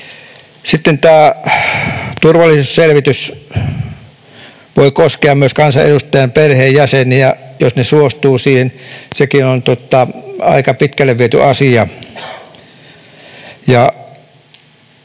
Sitten tämä turvallisuusselvitys voi koskea myös kansanedustajan perheenjäseniä, jos he suostuvat siihen. Sekin on aika pitkälle viety asia.